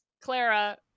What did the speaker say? Clara